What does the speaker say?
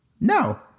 No